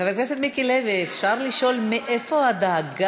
חבר הכנסת מיקי לוי, אפשר לשאול מאיפה הדאגה?